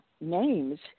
names